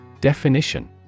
Definition